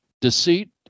deceit